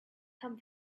come